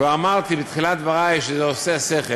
כבר אמרתי בתחילת דברי שזה עושה שכל,